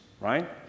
right